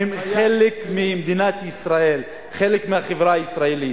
הן חלק ממדינת ישראל, חלק מהחברה הישראלית.